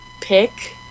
pick